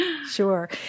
Sure